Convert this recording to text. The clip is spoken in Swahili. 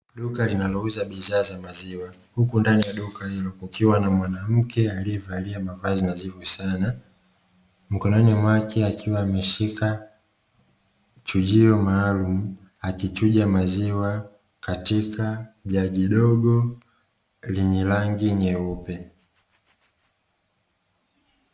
Duka linalouza bidhaa za maziwa huku ndani ya duka hilo kukiwa na mwanamke aliyevalia mavazi nadhifu sana, mkononi mwake akiwa ameshika chujio maalumu, akichuja maziwa katika jagi dogo lenye rangi nyeupe.